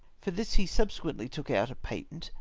for this he subsequently took out a patent,